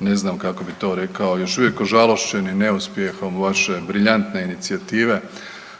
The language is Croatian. ne znam kako bi to rekao, još uvijek ožalošćeni neuspjehom vaše briljantne inicijative